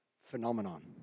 phenomenon